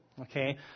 Okay